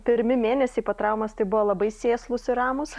pirmi mėnesiai po traumos tai buvo labai sėslūs ir ramūs